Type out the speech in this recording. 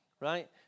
right